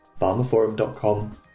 farmerforum.com